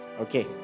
Okay